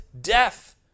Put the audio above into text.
death